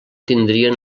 tindrien